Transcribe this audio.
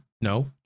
no